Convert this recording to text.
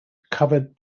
covered